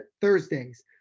Thursdays